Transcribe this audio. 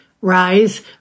Rise